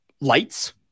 Lights